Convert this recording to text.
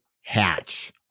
hatch